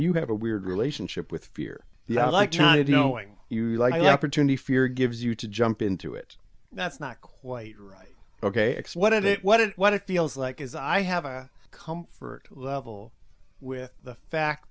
you have a weird relationship with fear the i like to be knowing you like opportunity fear gives you to jump into it that's not quite right ok x what it it what it what it feels like is i have a comfort level with the fact